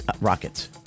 rockets